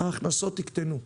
ההכנסות יקטנו,